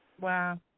Wow